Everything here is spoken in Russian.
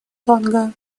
тонга